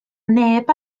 neb